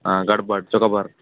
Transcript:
ಹಾಂ ಗಡ್ಬಡ್ ಚೊಕೊಬಾರ್